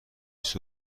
است